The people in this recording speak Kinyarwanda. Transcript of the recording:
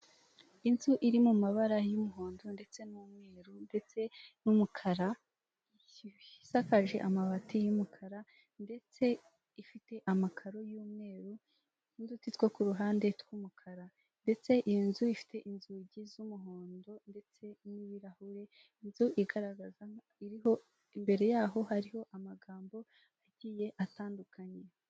Inzu iri mu mabara y'umuhondo ndetse n'umweru ndetse n'umukara isakaje amabati y'umukara ndetse ifite amakaro y'umweru n'uduti two ku ruhande rw'umukara ndetse inzu ifite inzugi z'umuhondo ndetse n'ibirahure. inzu igaragaza ibiho, imbere yaho hariho amagambo agiye atandukanye.